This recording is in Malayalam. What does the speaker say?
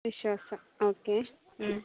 വിശ്വാസം ഓക്കെ